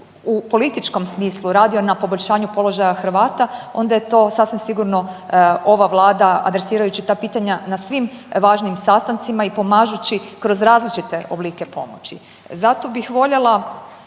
u političkom smislu radio na poboljšanju položaja Hrvata, onda je to sasvim sigurno ova Vlada adresirajući ta pitanja na svim važnim sastancima i pomažući kroz različite oblike pomoći. Zato bih voljela